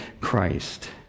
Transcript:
Christ